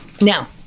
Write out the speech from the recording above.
Now